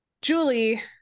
Julie